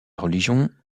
religion